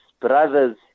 brothers